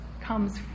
comes